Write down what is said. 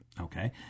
Okay